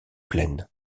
plaine